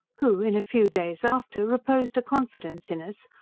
who in a few days after reposed a confidence in us,